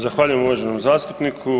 Zahvaljujem uvaženom zastupniku.